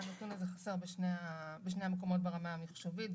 הנתון הזה חסר בשני המקומות ברמה המחשובית.